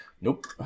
Nope